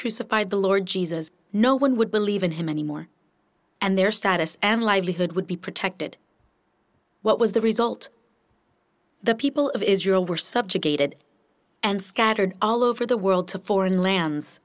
crucified the lord jesus no one would believe in him anymore and their status and livelihood would be protected what was the result the people of israel were subjugated and scattered all over the world to foreign lands